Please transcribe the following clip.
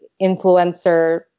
influencer